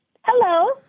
Hello